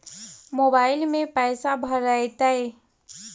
Mobile में पैसा भरैतैय?